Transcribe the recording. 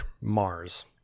Mars